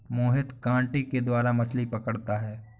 मोहित कांटे के द्वारा मछ्ली पकड़ता है